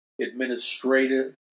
administrative